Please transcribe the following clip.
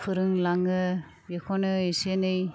फोरोंलाङो बेखौनो एसे एनै